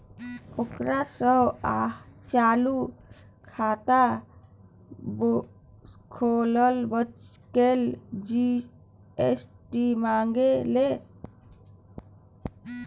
ओकरा सँ चालू खाता खोलबाक लेल जी.एस.टी मंगलकै